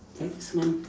next month